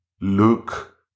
Luke